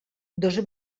dos